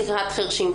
חירשים.